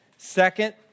Second